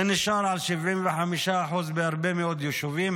זה נשאר על 75% בהרבה מאוד יישובים,